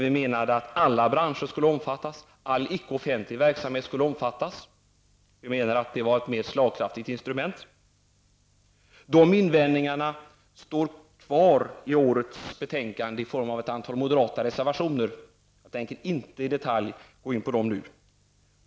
Vi ansåg att alla branscher, all ickeoffentlig verksamhet, skulle omfattas. Vi ansåg att detta var ett mer slagkraftigt instrument. Dessa invändningar står kvar i årets betänkande i ett antal moderata reservationer. Jag tänker inte gå in på dessa reservationer i detalj.